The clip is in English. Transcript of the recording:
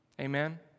Amen